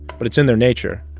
but it's in their nature.